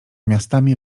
miastami